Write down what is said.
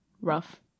Rough